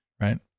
Right